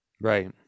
Right